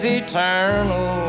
eternal